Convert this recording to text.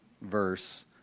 verse